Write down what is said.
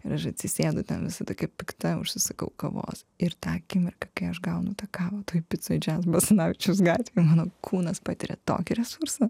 ir aš atsisėdu ten visada kaip pikta užsisakau kavos ir tą akimirką kai aš gaunu tą kavą toj pica džiaz basanavičiaus gatvėj mano kūnas patiria tokį resursą